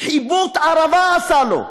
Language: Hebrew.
חיבוט ערבה עשה לו.